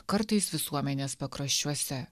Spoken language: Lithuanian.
kartais visuomenės pakraščiuose